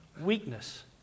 weakness